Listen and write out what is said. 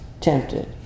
tempted